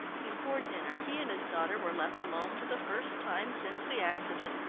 before dinner he and his daughter were left alone for the first time since the accident.